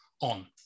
on